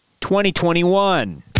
2021